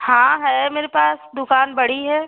हाँ है मेरे पास दुकान बड़ी है